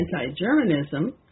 anti-Germanism